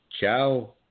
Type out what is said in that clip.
ciao